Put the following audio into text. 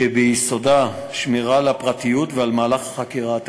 שביסודה שמירה על הפרטיות ועל מהלך החקירה התקין.